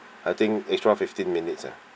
I think is twelve fifteen minutes ah